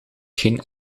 geen